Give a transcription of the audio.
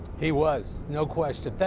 he was, no question.